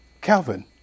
Calvin